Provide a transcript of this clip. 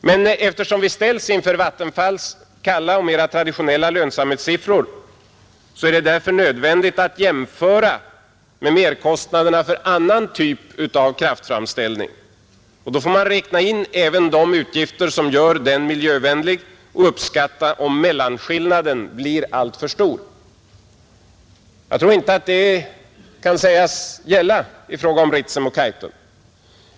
Men eftersom vi ställs inför Vattenfalls kalla och mera traditionella lönsamhetssiffror, är det ändå nödvändigt att jämföra merkostnaderna för annan typ av kraftframställning, och då får man räkna in även de utgifter som gör den miljövänlig och uppskatta om mellanskillnaden blir alltför stor. Jag tror inte att det kan sägas gälla i fråga om Ritsem och Kaitum.